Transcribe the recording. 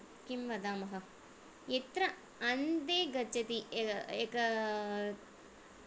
किं वदामः यत्र अन्धे गच्छति एकं